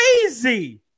crazy